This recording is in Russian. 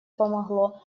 помогло